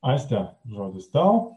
aiste žodis tau